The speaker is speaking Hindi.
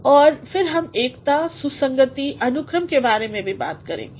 और फिर हम एकता सुसंगति अनुक्रम के बारे में भी बात करेंगे